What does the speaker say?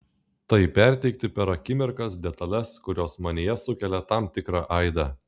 tai perteikti per akimirkas detales kurios manyje sukelia tam tikrą aidą